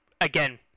again